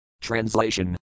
Translation